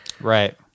Right